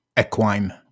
equine